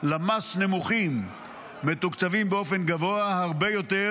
למ"ס נמוכים מתוקצבים באופן גבוה הרבה יותר